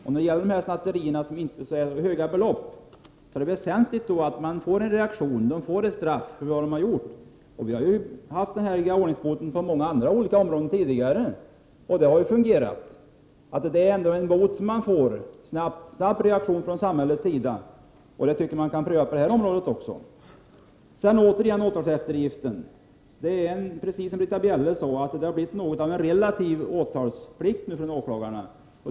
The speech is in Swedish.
När det gäller de snatterier som inte gäller så höga belopp är det väsentligt att det blir en reaktion och ett straff för det som har gjorts. Denna ordningsbot har ju använts på många andra områden tidigare, och det har fungerat. Det är ju ändå en bot och en snabb reaktion från samhällets sida. Jag tycker att man kan pröva det på det här området också. Jag återkommer igen till frågan om åtalseftergiften. Precis som Britta Bjelle sade har det blivit något av en relativ åtalsplikt för åklagarna.